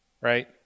right